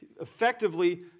effectively